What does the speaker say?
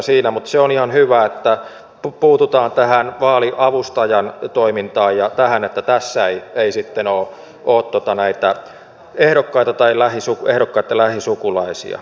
mutta se on ihan hyvä että puututaan tähän vaaliavustajan toimintaan niin että tässä ei sitten ole näitä ehdokkaita tai ehdokkaitten lähisukulaisia